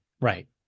right